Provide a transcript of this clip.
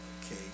Okay